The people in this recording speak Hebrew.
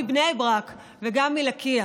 מבני ברק וגם מלקיה?